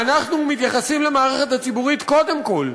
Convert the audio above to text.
ואנחנו מתייחסים למערכת הציבורית קודם כול,